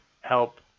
help